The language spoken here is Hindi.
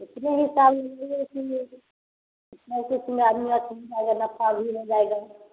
इतने हिसाब से लगाइए की लेले किश्त में आदमी अगर नफा भी नहीं जाएगा